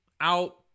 out